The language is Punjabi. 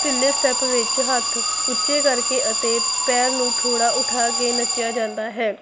ਤਿੱਲੇ ਸਟੈੱਪ ਵਿੱਚ ਹੱਥ ਉੱਚੇ ਕਰਕੇ ਅਤੇ ਪੈਰ ਨੂੰ ਥੋੜ੍ਹਾ ਉਠਾ ਕੇ ਨੱਚਿਆ ਜਾਂਦਾ ਹੈ